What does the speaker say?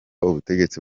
ubutegetsi